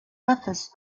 rufous